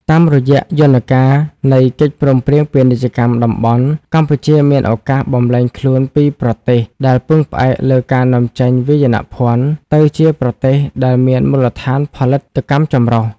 តាមរយៈយន្តការនៃកិច្ចព្រមព្រៀងពាណិជ្ជកម្មតំបន់ កម្ពុជាមានឱកាសបំប្លែងខ្លួនពីប្រទេសដែលពឹងផ្អែកលើការនាំចេញវាយនភណ្ឌ ទៅជាប្រទេសដែលមានមូលដ្ឋានផលិតកម្មចម្រុះ។